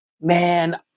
Man